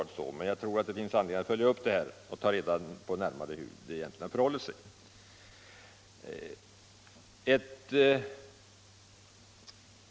Jag tror emellertid att det finns anledning att följa upp och närmare ta reda på hur det egentligen förhåller sig.